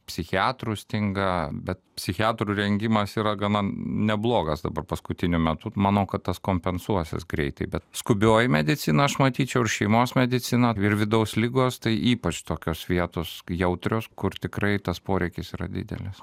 psichiatrų stinga bet psichiatrų rengimas yra gana neblogas dabar paskutiniu metu manau kad tas kompensuosis greitai bet skubioji medicina aš matyčiau ir šeimos medicina ir vidaus ligos tai ypač tokios vietos jautrios kur tikrai tas poreikis yra didelis